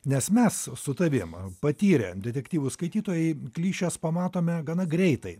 nes mes su tavim patyrę detektyvų skaitytojai klišes pamatome gana greitai